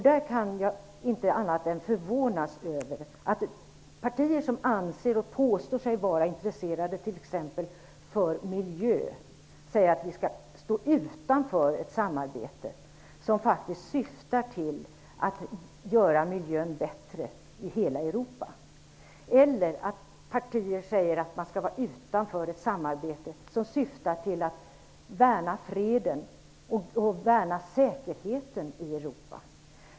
Jag kan inte annat än förvånas över att partier som påstår sig ha intresse för t.ex. miljön säger att vi skall stå utanför ett samarbete som faktiskt syftar till att göra miljön i hela Europa bättre eller att det finns partier som säger att vi skall stå utanför ett samarbete som syftar till att värna freden och säkerheten i Europa.